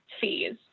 fees